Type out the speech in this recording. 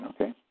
okay